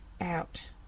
out